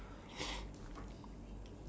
on the right side of the taxi is it